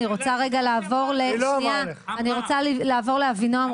אני רוצה לעבור לאבינועם,